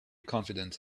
confident